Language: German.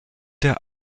der